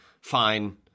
fine